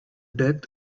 death